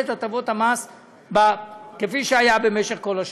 את הטבות המס כפי שהיה במשך כל השנים.